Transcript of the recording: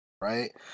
right